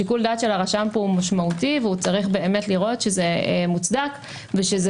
שיקול הדעת של הרשם פה הוא משמעותי והוא צריך לראות שזה מוצדק ושזה